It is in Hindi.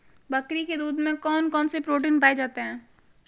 बकरी के दूध में कौन कौनसे प्रोटीन पाए जाते हैं?